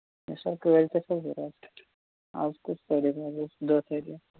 مےٚ کٲلۍکٮ۪تھ ضوٚرَتھ آز کُس اَز اوس دَہ تٲریٖخ